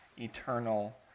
eternal